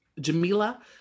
Jamila